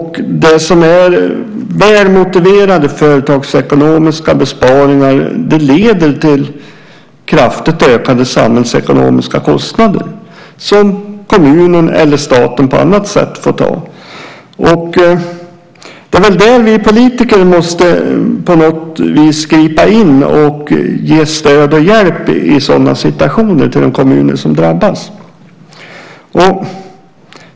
Och det som är välmotiverade företagsekonomiska besparingar leder till kraftigt ökade samhällsekonomiska kostnader som kommunen eller staten på annat sätt får ta. Det är väl i sådana situationer som vi politiker på något sätt måste gripa in och ge stöd och hjälp till de kommuner som drabbas.